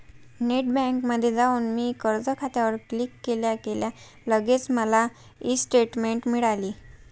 net बँकिंगमध्ये जाऊन मी कर्ज खात्यावर क्लिक केल्या केल्या लगेच मला ई स्टेटमेंट मिळाली